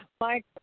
Mike